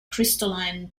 crystalline